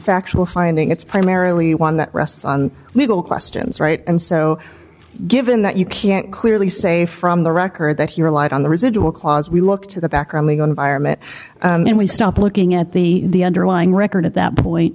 factual finding it's primarily one that rests on legal questions right and so given that you can't clearly say from the record that he relied on the residual clause we look to the background legal environment and we stop looking at the underlying record at that point